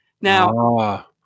now